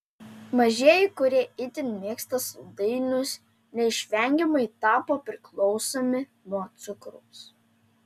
mažieji kurie itin mėgsta saldainius neišvengiamai tapo priklausomi nuo cukraus